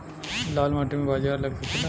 लाल माटी मे बाजरा लग सकेला?